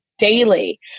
daily